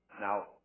Now